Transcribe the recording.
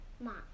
Mom